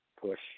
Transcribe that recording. push